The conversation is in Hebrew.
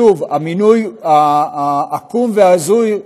שוב, המינוי העקום וההזוי,